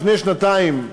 לפני שנתיים,